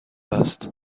است